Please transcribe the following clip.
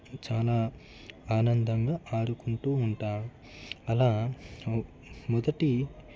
చాలా ఆనందంగా ఆడుకుంటూ ఉంటాను అలా మొదటి